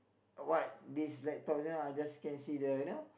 what this laptop you know I just can see the you know